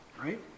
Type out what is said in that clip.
right